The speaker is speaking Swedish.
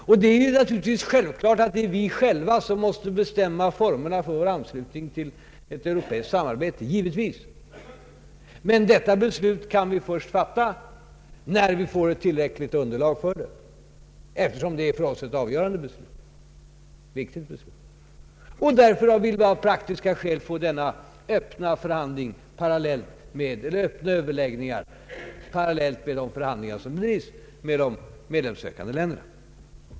Det är naturligtvis vi själva som måste bestämma formerna för vår anslutning till ett europeiskt samarbete, men detta beslut kan vi först fatta när vi får ett tillräckligt underlag därför, eftersom det är ett för oss avgörande och viktigt beslut. Vi vill därför av praktiska skäl få denna öppna förhandling parallellt med de förhandlingar som förs med de medlemssökande länderna.